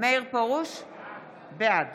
בעד